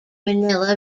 manila